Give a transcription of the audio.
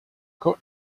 court